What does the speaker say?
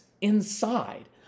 inside